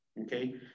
Okay